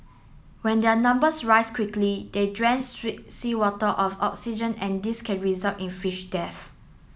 when their numbers rise quickly they drain sweet seawater of oxygen and this can result in fish death